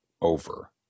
over